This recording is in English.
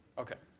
okay.